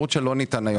הוא לא ניתן היום בקופה.